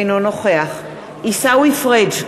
אינו נוכח עיסאווי פריג'